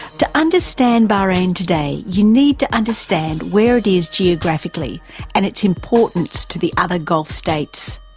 to understand bahrain today you need to understand where it is geographically and its importance to the other gulf states.